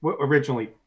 Originally